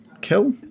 kill